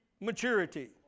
maturity